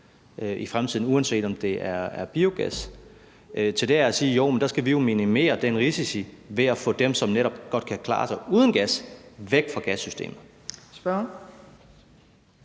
i fremtiden, uanset om det er biogas? Til det er der at sige: Jo, men der skal vi jo minimere den risiko ved at få dem, som netop godt kan klare sig uden gas, væk fra gassystemet.